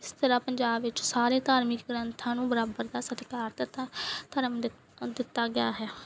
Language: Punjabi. ਇਸ ਤਰ੍ਹਾਂ ਪੰਜਾਬ ਵਿੱਚ ਸਾਰੇ ਧਾਰਮਿਕ ਗ੍ਰੰਥਾਂ ਨੂੰ ਬਰਾਬਰ ਦਾ ਸਤਿਕਾਰ ਦਿੱਤਾ ਧਰਮ ਦਿਤ ਦਿੱਤਾ ਗਿਆ ਹੈ